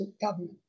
government